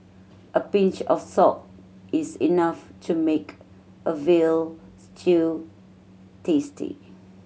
a pinch of salt is enough to make a veal stew tasty